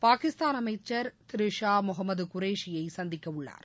பாகிஸ்தான் அமைச்சர் ஷா முகமது குரேஷியை சந்திக்க உள்ளார்